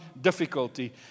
difficulty